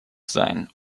sein